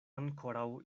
ankoraŭ